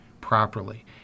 properly